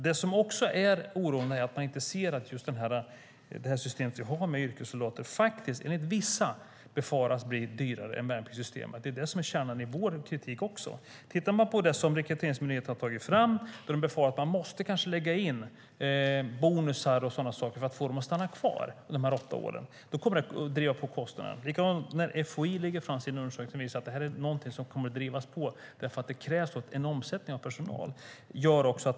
Det som är oroande är dock att man inte ser att just det system med yrkessoldater vi har enligt vissa faktiskt befaras bli dyrare än värnpliktssystemet. Det är det som är kärnan i vår kritik också. Tittar man på det Rekryteringsmyndigheten har tagit fram ser man att de befarar att vi kanske måste lägga in bonusar och sådana saker för att få dem att stanna kvar under de åtta åren. Det kommer att driva på kostnaderna. Likadant när FOI lägger fram sin undersökning: Den visar att det här är någonting som kommer att drivas på, för det krävs en omsättning av personal.